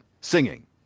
singing